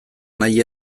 nahi